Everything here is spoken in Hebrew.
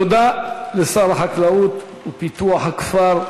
תודה לשר החקלאות ופיתוח הכפר,